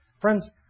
Friends